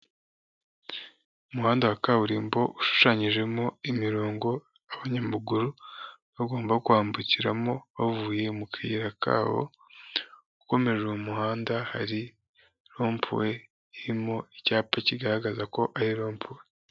Umuhanda wa kaburimbo ushushanyijemo imirongo abanyamaguru bagomba kwambukiramo bavuye mu kayira kabo, ukomeje uwo muhanda hari lompuwe irimo icyapa kigaragaza ko iri lompuwe.